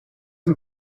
een